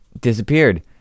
disappeared